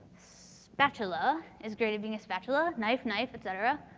spatula is great at being a spatula, knife, knife, et cetera.